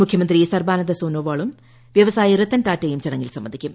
മുഖ്യമന്ത്രി സർബാനന്ദ സോണോവാളും വൃവസായി രത്തൻ ടാറ്റയും ചടങ്ങിൽ സംബന്ധിക്കും